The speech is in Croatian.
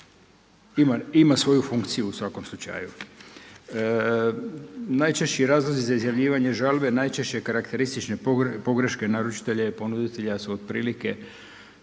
ima svoju funkciju u svakom slučaju. Najčešći razlozi za izjavljivanje žalbe najčešće karakteristične pogreške naručitelja i ponuditelja su otprilike